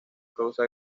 causa